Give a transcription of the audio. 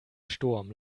sturm